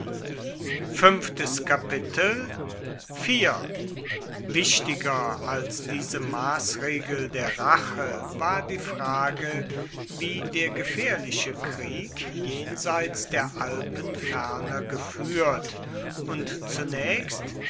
wichtiger als diese maßregel der rache war die frage wie der gefährliche krieg jenseits der alpen ferner geführt und zunächst